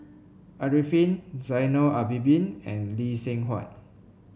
Arifin Zainal Abidin and Lee Seng Huat